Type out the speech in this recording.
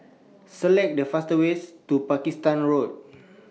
Select The fastest Way to Pakistan Road